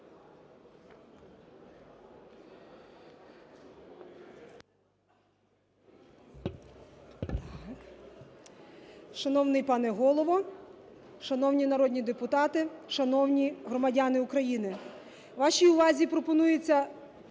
Шановний пане Голово, шановні народні депутати, шановні громадяни України! Вашій увазі пропонується